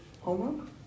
homework